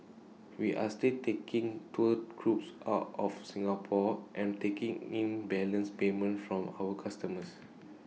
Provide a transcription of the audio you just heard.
we are still taking tour groups out of Singapore and taking in balance payments from our customers